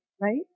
right